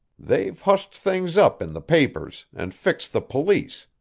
they've hushed things up in the papers, and fixed the police,